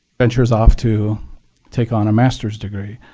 ventures off to take on a master's degree.